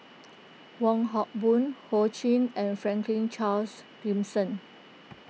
Wong Hock Boon Ho Ching and Franklin Charles Gimson